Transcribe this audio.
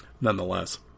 nonetheless